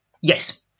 Yes